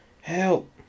Help